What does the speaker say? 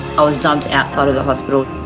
i was dumped outside of the hospital.